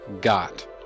got